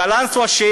בקלנסואה,